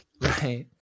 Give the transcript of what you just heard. right